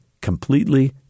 completely